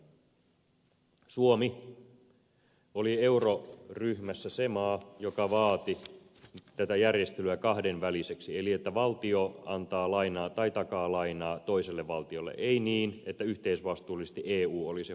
suomi oli euroryhmässä se maa joka vaati tätä järjestelyä kahdenväliseksi niin että valtio antaa lainaa tai takaa lainaa toiselle valtiolle ei niin että yhteisvastuullisesti eu hoitaisi